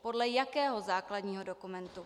Podle jakého základního dokumentu?